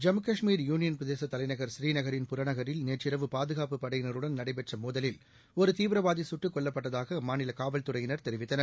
Jammu Kashmir union பிரதேசதலைநகர் ஸ்ரீநனின் புறநகரில் நேற்றிரவு பாதனப்புப் படையினருடன் நடைபெற்றமோதலில் ஒருதீவிரவாதிசுட்டுக் கொல்லப்பட்டதாகஅம்மாநிலகாவல்துறையினர் தெரிவித்தனர்